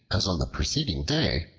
as on the preceding day,